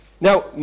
Now